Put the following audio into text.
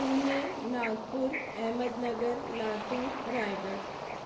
Pune Nagpur Ahmednagar Latur Raigad